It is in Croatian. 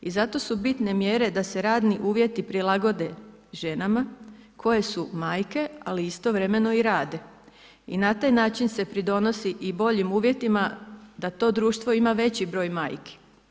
I zato su bitne mjere da se radni uvjeti prilagode ženama koje su majke, ali istovremeno i rade i na taj način se pridonosi i boljim uvjetima da to društvo ima veći broj majki.